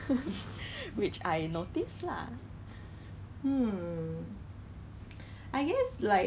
!wah! 真的是很难 leh 又要 fight 一个 COVID then 又要 fight 那个蚊子